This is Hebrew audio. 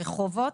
לרחובות,